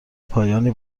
پایانی